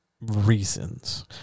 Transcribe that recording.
reasons